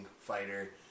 fighter